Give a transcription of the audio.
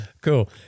Cool